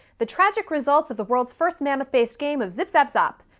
the tragic results of the world's first mammoth-based game of zip-zap-zop.